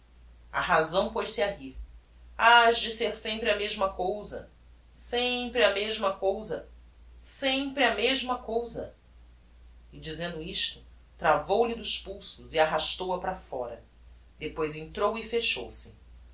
a razão poz-se a rir has de ser sempre a mesma cousa sempre a mesma cousa sempre a mesma cousa e dizendo isto travou-lhe dos pulsos e arrastou-a para fóra depois entrou e fechou-se